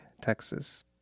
Texas